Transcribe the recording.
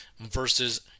versus